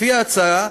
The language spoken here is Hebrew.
לפי ההצעה,